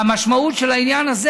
המשמעות של העניין הזה,